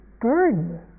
burden